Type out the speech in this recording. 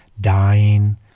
dying